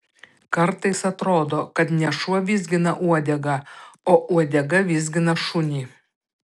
kartais atrodo kad ne šuo vizgina uodegą o uodega vizgina šunį